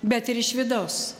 bet ir iš vidaus